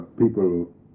People